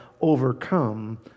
overcome